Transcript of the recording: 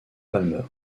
palmer